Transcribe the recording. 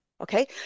Okay